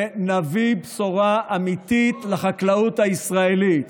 ונביא בשורה אמיתית לחקלאות הישראלית,